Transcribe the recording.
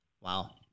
Wow